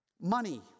Money